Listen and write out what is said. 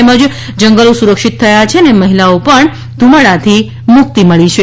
તેમજ જંગલો સુરક્ષિત થયા છે અને મહિલાઓ પણ ધુમાડાથી મુક્તિ મળી છે